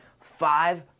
five